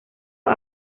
los